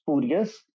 spurious